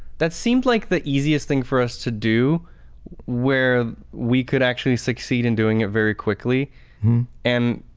that seemed like the easiest thing for us to do where we could actually succeed in doing it very quickly and